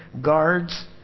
guards